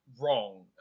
wrong